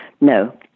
No